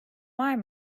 var